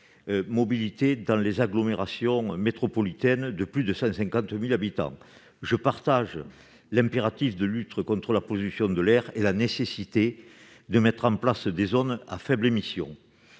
mobilité (ZFE-m) dans les agglomérations métropolitaines de plus de 150 000 habitants. Je comprends l'impératif de lutter contre la pollution de l'air et de mettre en place des zones à faibles émissions.